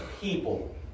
people